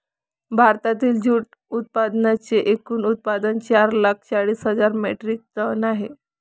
भारतातील जूट उत्पादनांचे एकूण उत्पादन चार लाख चाळीस हजार मेट्रिक टन आहे